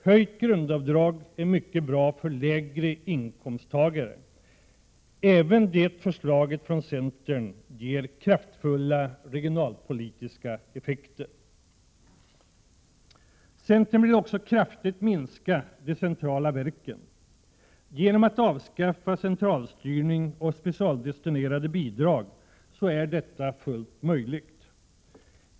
Höjt grundavdrag är mycket bra för lägre inkomsttagare. Även det förslaget från centern ger kraftfulla regionalpolitiska effekter. Centern vill också kraftigt minska antalet centrala verk. Genom att avskaffa centralstyrning och specialdestinerade bidrag är detta fullt möjligt.